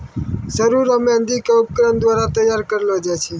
सरु रो मेंहदी के उपकरण द्वारा तैयार करलो जाय छै